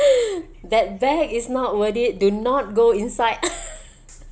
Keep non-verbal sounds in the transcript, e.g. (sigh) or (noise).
(breath) that bag is not worth it do not go inside (laughs)